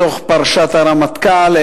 בתוך פרשת הרמטכ"ל,